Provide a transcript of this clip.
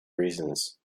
reasons